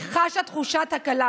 אני חשה תחושת הקלה.